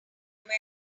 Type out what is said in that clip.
where